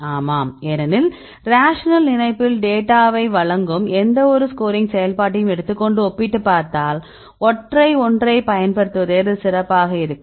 ஆமாம் ஏனெனில் ரேஷனல் நினைப்பில் டேட்டாவை வழங்கும் எந்த ஸ்கோரிங் செயல்பாட்டையும் எடுத்துக் கொண்டு ஒப்பிட்டுப் பார்த்தால் ஒற்றை ஒன்றைப் பயன்படுத்துவதை விட இது சிறப்பாக இருக்கும்